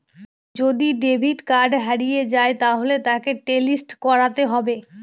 যদি debit card হারিয়ে যায় তাহলে তাকে টলিস্ট করাতে হবে